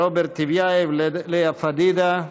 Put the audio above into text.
רוברט טיבייב, לאה פדידה,